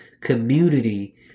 community